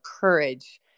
courage